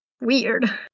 weird